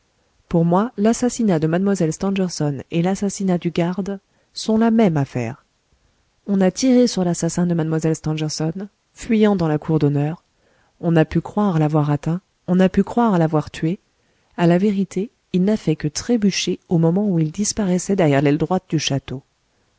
pour moi l'assassinat de mlle stangerson et l'assassinat du garde sont la même affaire on a tiré sur l'assassin de mlle stangerson fuyant dans la cour d'honneur on a pu croire l'avoir atteint on a pu croire l'avoir tué à la vérité il n'a fait que trébucher au moment où il disparaissait derrière l'aile droite du château